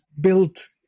built